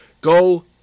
go